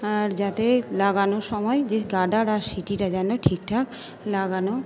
আর যাতে লাগানোর সময় যে গার্ডার আর সিটিটা যেন ঠিকঠাক লাগানো